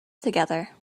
together